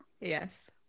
yes